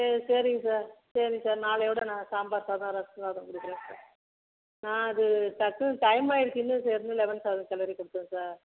சரி சரிங்க சார் சரி சார் நாளையோட நான் சாம்பார் சாதம் ரசம் சாதம் கொடுக்குறேன் சார் நான் அது டக்குன்னு டைம் ஆயிடுச்சுன்னு சரின்னு லெமன் சாதம் கிளரி கொடுத்தேன் சார்